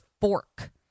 fork